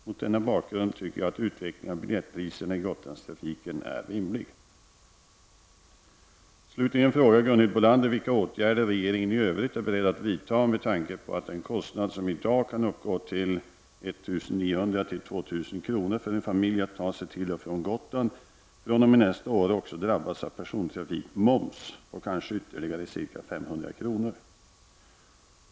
Mot denna bakgrund tycker jag att utvecklingen av biljettpriserna i Gotlandstrafiken är rimlig. Slutligen frågar Gunhild Bolander vilka åtgärder regeringen i övrigt är beredd att vidta, med tanke på att den kostnad som i dag kan uppgå till 1 900—2 000 kr. för en familj att ta sig till och från Gotland fr.o.m. nästa år också drabbas av persontrafikmoms på kanske ytterligare ca 500 kr.